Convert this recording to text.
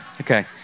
Okay